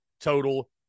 total